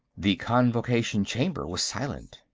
the convocation chamber was silent,